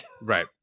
right